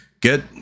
get